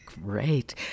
Great